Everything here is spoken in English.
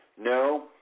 No